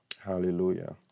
Hallelujah